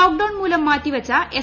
lockdown മൂലം മാറ്റിവച്ച S